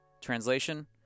translation